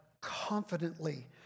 confidently